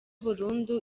burundu